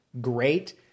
great